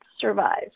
survive